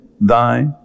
Thy